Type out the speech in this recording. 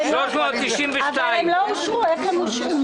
386 אושרו.